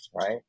right